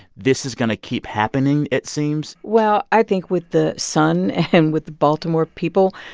this is going to keep happening, it seems well, i think with the sun and with the baltimore people,